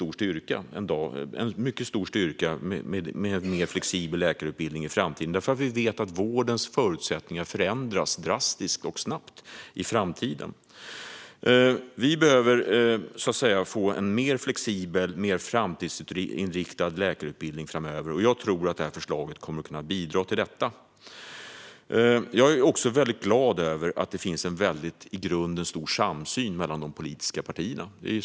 Jag tror att det är en mycket stor styrka med en mer flexibel läkarutbildning i framtiden; vi vet ju att vårdens förutsättningar förändras drastiskt och snabbt. Vi behöver få en mer flexibel och mer framtidsinriktad läkarutbildning framöver, och jag tror att detta förslag kommer att kunna bidra till det. Jag är glad över att det i grunden finns en väldigt stor samsyn mellan de politiska partierna.